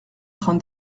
train